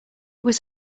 was